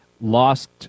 lost